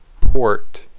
port